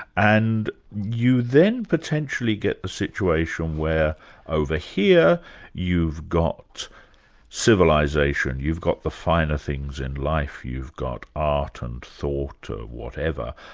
and you then potentially get the situation where over here you've got civilisation, you've got the finer things in life you've got art and thought or whatever.